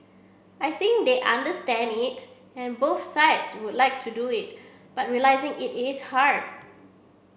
I think they understand it and both sides would like to do it but realising it is hard